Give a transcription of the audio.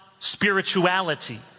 spirituality